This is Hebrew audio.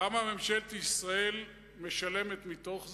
כמה ממשלת ישראל משלמת מתוך זה?